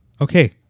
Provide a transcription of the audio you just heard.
Okay